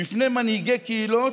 בפני מנהיגי קהילות,